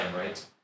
right